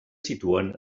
situen